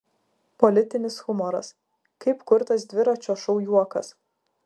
politinis humoras kaip kurtas dviračio šou juokas